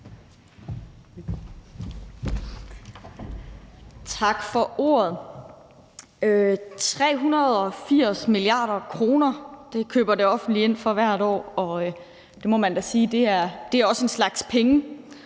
Tak for ordet. 380 mia. kr. køber det offentlige ind for hvert år, og det må man da sige også er en slags penge.